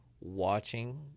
watching